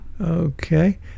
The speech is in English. okay